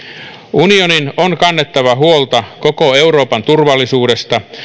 unionin on kannettava huolta koko euroopan turvallisuudesta